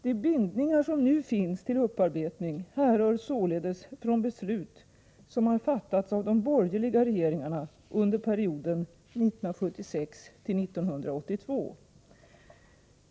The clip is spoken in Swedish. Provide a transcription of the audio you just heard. De bindningar som nu finns till upparbetning härrör således från beslut som har fattats av de borgerliga regeringarna under perioden 1976-1982.